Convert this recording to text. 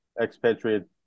expatriate